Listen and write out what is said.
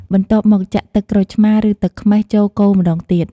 បន្ទាប់មក ចាក់ ទឹកក្រូចឆ្មារ ឬទឹកខ្មេះ ចូល កូរម្តងទៀត។